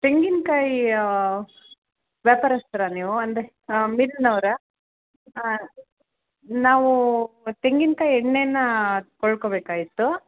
ತೆಂಗಿನಕಾಯಿಯ ವ್ಯಾಪರಸ್ತರ ನೀವು ಅಂದರೆ ಮಿಲ್ಲಿನವ್ರಾ ಹಾಂ ನಾವು ತೆಂಗಿನ್ಕಾಯಿ ಎಣ್ಣೆನ ಕೊಳ್ಳಬೇಕಾಗಿತ್ತು